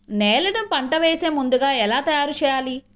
నేలను పంట వేసే ముందుగా ఎలా తయారుచేయాలి?